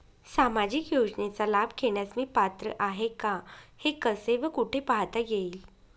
सामाजिक योजनेचा लाभ घेण्यास मी पात्र आहे का हे कसे व कुठे पाहता येईल?